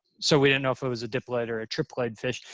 so we didn't know if it was a diploid or a triploid fish.